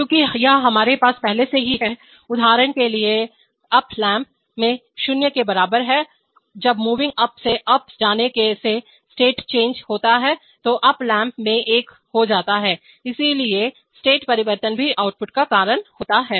क्योंकि यह हमारे पास पहले से ही है उदाहरण के लिए up लैंप में 0 के बराबर है जब मूविंग अप से अप जाने से स्टेट चेंजपरिवर्तन होता है तो up लैंप में एक हो जाता है इसलिए स्टेट परिवर्तन भी आउटपुट का कारण होता है